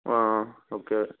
ஆ ஆ ஓகே